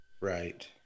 Right